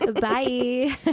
Bye